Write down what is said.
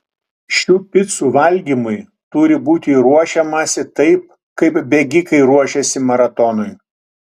šių picų valgymui turi būti ruošiamasi taip kaip bėgikai ruošiasi maratonui